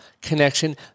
connection